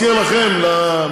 אומר לך את זה, לא רק לה.